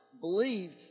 believe